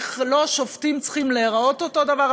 צריך, שופטים לא צריכים להיראות אותו דבר,